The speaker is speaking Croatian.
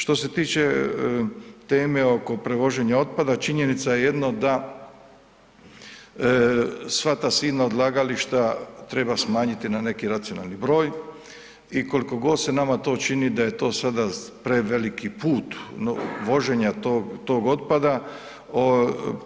Što se tiče teme oko prevoženja otpada, činjenica je jedno da sva ta silna odlagališta treba smanjiti na neki racionalni broj i koliko god se nama to čini da je to sada preveliki put voženja tog otpada,